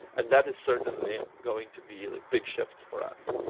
and that is certainly going to be like big shifts for us.